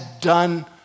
done